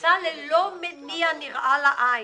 בוצע ללא מניע נראה לעין.